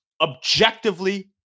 objectively